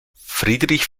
friedrich